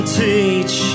teach